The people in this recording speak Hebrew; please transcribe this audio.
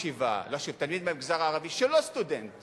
תלמיד ישיבה, תלמיד מהמגזר הערבי, שהוא לא סטודנט